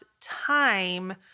time